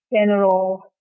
general